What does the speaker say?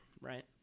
right